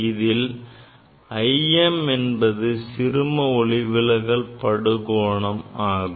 இதில் i m என்பது சிறும ஒளிவிலகல் படுகோணம் ஆகும்